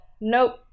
nope